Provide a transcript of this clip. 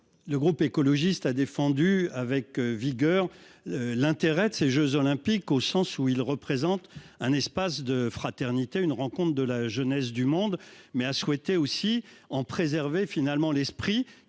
Le groupe écologiste a défendu avec vigueur l'intérêt de ces Jeux olympiques, au sens où ils représentent un espace de fraternité, une rencontre de la jeunesse du monde mais a souhaité aussi en préserver finalement l'esprit